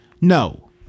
No